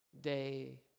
day